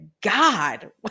God